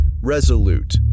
resolute